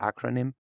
acronym